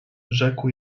rzekł